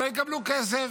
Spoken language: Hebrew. תעלה שלוש דקות,